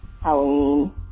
Halloween